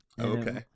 Okay